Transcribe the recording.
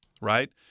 right